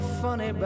funny